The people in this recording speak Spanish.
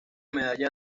medalla